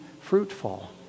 fruitful